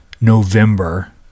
November